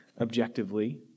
objectively